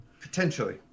Potentially